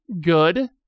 good